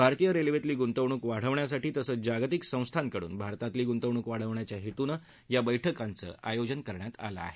भारतीय रेल्वेतील गुंतवणूक वाढवण्यासाठी तसंच जागतिक संस्थांकडून भारतातील गुंतवणूक वाढवण्याच्या हेतूनं या बरुक्कीचं आयोजन करण्यात आलं आहे